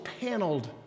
paneled